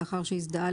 לאחר שהזדהה,